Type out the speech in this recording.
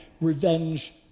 revenge